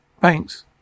Thanks